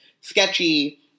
sketchy